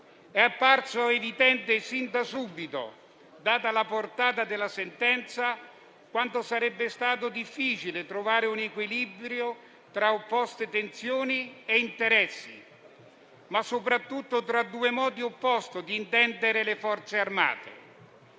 È apparso evidente sin da subito, data la portata della sentenza, quanto sarebbe stato difficile trovare un equilibrio tra tensioni e interessi opposti, ma soprattutto tra due modi opposti di intendere le Forze armate.